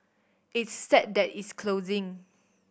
it's sad that it's closing